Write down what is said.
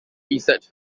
research